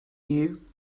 you